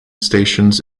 stations